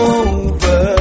over